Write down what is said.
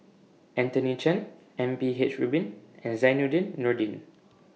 Anthony Chen M P H Rubin and Zainudin Nordin